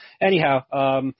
anyhow –